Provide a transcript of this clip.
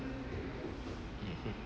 mmhmm